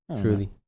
truly